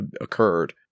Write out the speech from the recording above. occurred